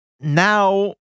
now